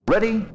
Ready